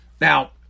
Now